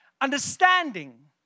Understanding